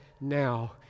now